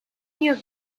your